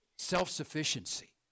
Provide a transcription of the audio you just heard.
Self-sufficiency